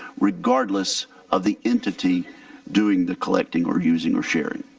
regard less of the entity doing the collecting or using or sharing?